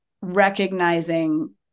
recognizing